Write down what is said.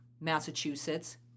Massachusetts